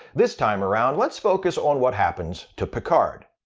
this time around, let's focus on what happens to picard.